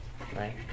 Right